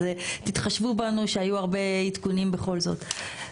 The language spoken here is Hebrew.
אז תתחשבו בנו שהיו הרבה עדכונים בכל זאת.